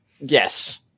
yes